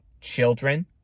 children